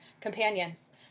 companions